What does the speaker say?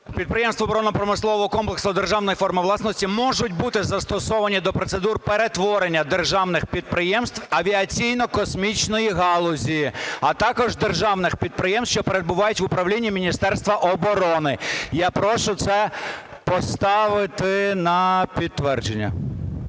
підприємств оборонно-промислового комплексу державної форми власності" можуть бути застосовані до процедур перетворення державних підприємства авіаційно-космічної галузі, а також державних підприємств, що перебувають в управлінні Міністерства оборони. Я прошу це поставити на підтвердження.